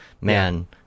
man